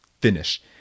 Finish